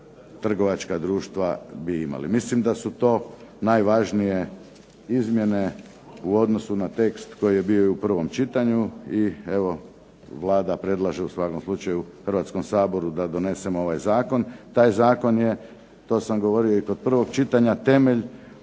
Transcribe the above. trgovačka društva, bi imali. Mislim da su to najvažnije izmjene u odnosu na tekst koji je bio i u prvom čitanju i evo, Vlada predlaže u svakom slučaju Hrvatskom saboru da donesemo ovaj zakon. Taj zakon je, to sam govorio i kod prvog čitanja, temelj